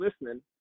listening